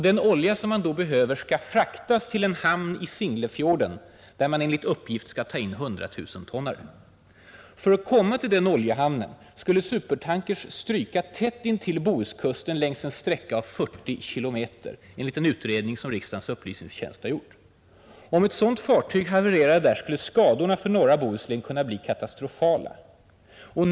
Den olja som man då behöver skall fraktas till en hamn i Singlefjorden, där man, enligt uppgift, skall ta in 100 000-tonnare. För att komma till den oljehamnen skulle supertankers stryka tätt intill Bohuskusten längs en sträcka av 40 kilometer, enligt en utredning som riksdagens upplysningstjänst har gjort. Om ett sådant fartyg havererade där skulle skadorna för norra Bohuslän kunna bli katastrofala.